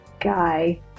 guy